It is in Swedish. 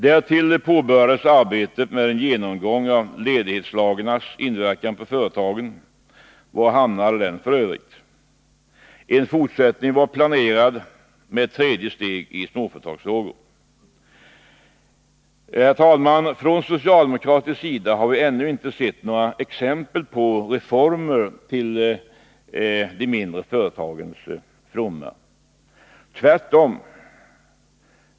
Därtill påbörjades arbetet med en genomgång av ledighetslagarnas inverkan på företagen. Var hamnade den f. ö.? En fortsättning var planerad med ett tredje steg i småföretagarfrågor. Herr talman! Från socialdemokratiskt håll har vi ännu inte sett några exempel på reformer till de mindre företagens fromma. Tvärtom!